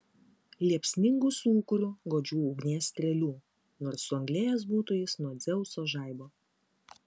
liepsningu sūkuriu godžių ugnies strėlių nors suanglėjęs būtų jis nuo dzeuso žaibo